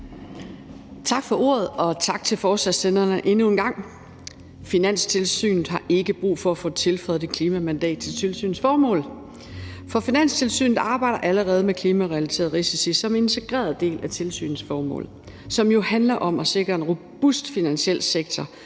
Og endnu en gang tak til forslagsstillerne. Finanstilsynet har ikke brug for at få tilføjet et klimamandat til tilsynets formål, for Finanstilsynet arbejder allerede med klimarelaterede risici som en integreret del af tilsynets formål, som jo handler om at sikre en robust finansiel sektor,